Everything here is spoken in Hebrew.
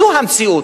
זו המציאות.